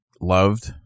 loved